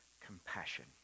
compassion